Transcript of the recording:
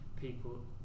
people